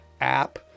app